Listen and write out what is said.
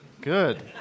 Good